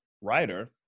writer